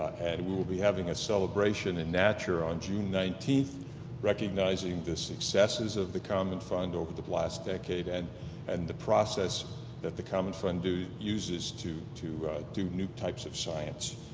and we will be having a celebration in natcher on june nineteenth recognizing the successes of the common fund over the last decade and and the process that the common fund uses to to do new types of science.